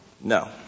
No